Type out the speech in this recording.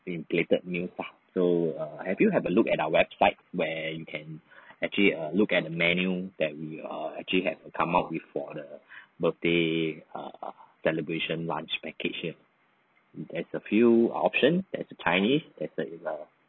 in plated meals ah so err have you have a looked at our website where you can actually err look at the menu that we err actually had come up with for the birthday err celebration lunch package here that's a few option there's a chinese there's a in a